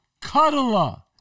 cuddler